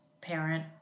parent